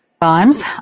Times